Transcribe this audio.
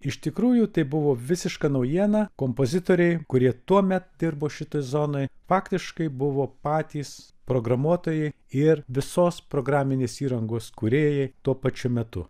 iš tikrųjų tai buvo visiška naujiena kompozitoriai kurie tuomet dirbo šitoj zonoj faktiškai buvo patys programuotojai ir visos programinės įrangos kūrėjai tuo pačiu metu